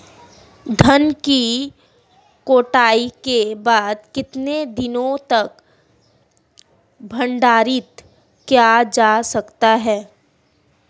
धान की कटाई के बाद कितने दिनों तक भंडारित किया जा सकता है?